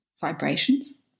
vibrations